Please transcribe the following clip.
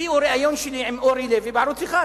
הביאו ריאיון שלי עם אורי לוי בערוץ-1,